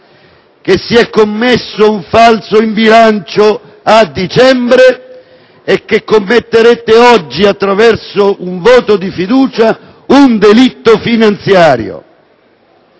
che si è commesso un falso in bilancio a dicembre e che commetterete oggi, attraverso un voto di fiducia, un delitto finanziario.